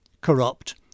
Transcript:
corrupt